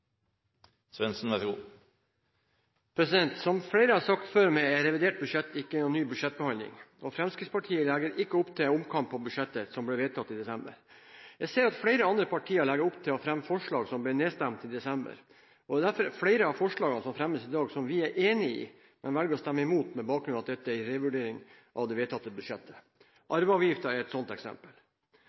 Fremskrittspartiet legger ikke opp til omkamp på budsjettet som ble vedtatt i desember. Jeg ser at flere andre partier legger opp til å fremme forslag som ble nedstemt i desember. Det er derfor flere av forslagene som fremmes i dag, som vi er enige i, men som vi velger å stemme imot, på bakgrunn av at dette er en revurdering av det vedtatte budsjettet. Arveavgiften er et sånt eksempel.